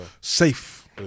Safe